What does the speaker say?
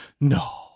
No